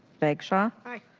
bagshaw. aye.